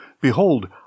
Behold